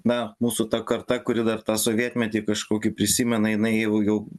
na mūsų ta karta kuri dar tą sovietmetį kažkokį prisimena jinai jau jau